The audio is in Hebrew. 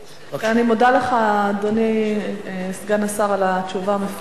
אני מודה לך, סגן השר, על התשובה המפורטת.